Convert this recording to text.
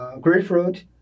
grapefruit